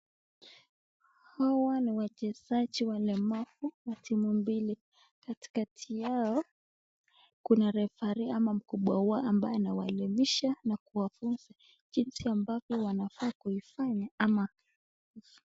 Hawa ni wachezaji walemavu wa timu mbili katikati yao kuna referee ama mkubwa wa ambao anawaelimisha na kuwafunza jinsi ambavyo wanafaa kuifanya ama